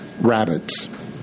rabbits